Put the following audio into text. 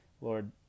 Lord